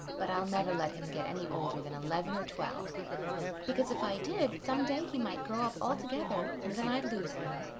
but i'll never let him get any older than eleven or twelve because if i did some day he might grow up altogether and then i'd lose him.